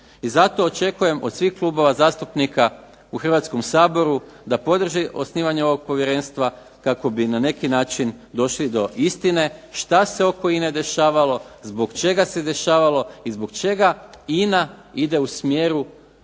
I zato očekujem od svih klubova zastupnika u Hrvatskom saboru da podrži osnivanje ovog povjerenstva kako bi na neki način došli do istine što se oko INA-e dešavalo, zbog čega se dešavalo i zbog čega INA ide u smjeru